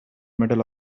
middle